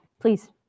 Please